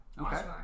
Okay